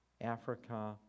Africa